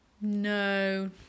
No